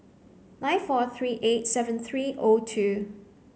nine four three eight seven three O two